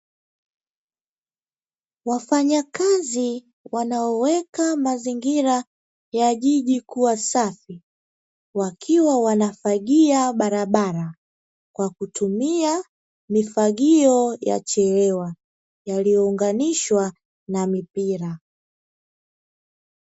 Wafanyakazi wanaoweka mazingira ya jiji kuwa safi, wakiwa wanafagia barabara kwa kutumia mifagio ya chelewa, yaliyounganishwa na mipira.